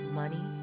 money